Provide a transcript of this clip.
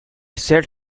sat